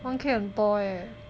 one K 很多 leh